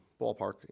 ballpark